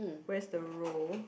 where's the row